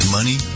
Money